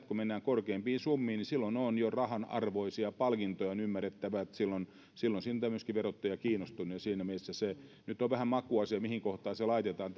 kun mennään korkeampiin summiin niin silloin ne ovat jo rahanarvoisia palkintoja ja on ymmärrettävä että silloin silloin siitä myöskin verottaja kiinnostuu siinä mielessä se nyt on vähän makuasia mihin kohtaan se laitetaan